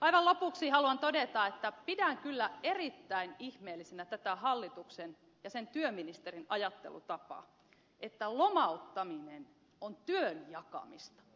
aivan lopuksi haluan todeta että pidän kyllä erittäin ihmeellisenä tätä hallituksen ja sen työministerin ajattelutapaa että lomauttaminen on työn jakamista